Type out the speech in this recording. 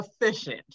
efficient